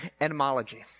Etymology